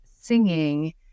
singing